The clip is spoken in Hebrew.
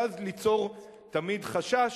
ואז ליצור תמיד חשש,